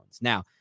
Now